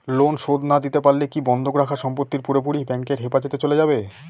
Loan শোধ না দিতে পারলে কি বন্ধক রাখা সম্পত্তি পুরোপুরি ব্যাংকের হেফাজতে চলে যাবে?